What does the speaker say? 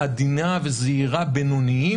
חדש, סעיף התיישבות כערך ציוני-לאומי.